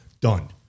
done